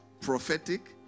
prophetic